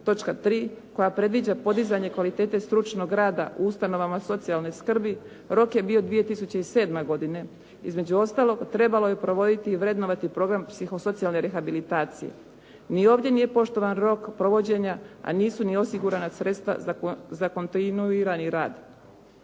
točka 3. koja predviđa podizanje kvalitete stručnog rada u ustanovama socijalne skrbi rok je bio 2007. godine. Između ostaloga trebalo je provoditi i vrednovati program psihosocijalne rehabilitacije. Ni ovdje nije poštovan rok provođenja a nisu ni osigurana sredstva za kontinuirani rad.